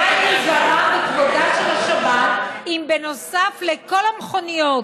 מה ייגרע מכבודה של השבת אם בנוסף לכל המכוניות